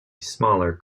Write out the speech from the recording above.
smaller